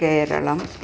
Keralam